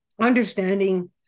understanding